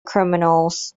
criminals